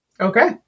Okay